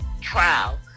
trial